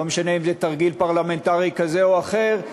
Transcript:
לא משנה אם זה תרגיל פרלמנטרי כזה או אחר,